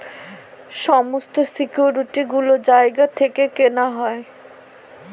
সমস্ত সিকিউরিটি গুলো জায়গা থেকে কেনা হয়